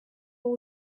wowe